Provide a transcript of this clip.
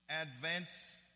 advance